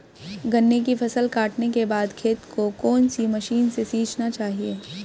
गन्ने की फसल काटने के बाद खेत को कौन सी मशीन से सींचना चाहिये?